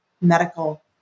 medical